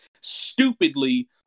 stupidly